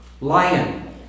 lion